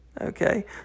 Okay